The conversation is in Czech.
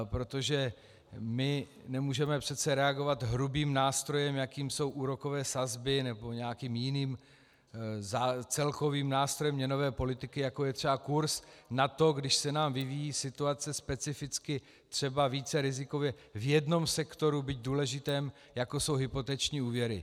Protože my nemůžeme přece reagovat hrubým nástrojem, jakým jsou úrokové sazby, nebo nějakým jiným celkovým nástrojem měnové politiky, jako je třeba kurz, na to, když se nám vyvíjí situace specificky třeba více rizikově v jednom sektoru, byť důležitém, jako jsou hypoteční úvěry.